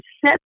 set